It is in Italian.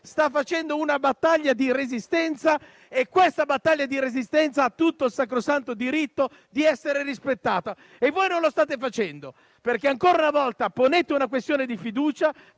stipendio per portare avanti una battaglia di resistenza che ha tutto il sacrosanto diritto di essere rispettata. E voi non lo state facendo, perché ancora una volta ponete una questione di fiducia